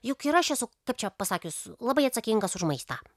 juk ir aš esu kaip čia pasakius labai atsakingas už maistą